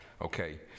okay